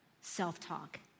self-talk